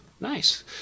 nice